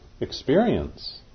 experience